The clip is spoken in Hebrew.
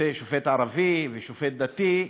שופט ערבי ושופט דתי.